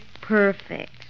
perfect